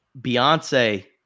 Beyonce